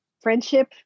friendship